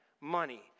money